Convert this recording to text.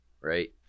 right